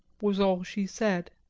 was all she said.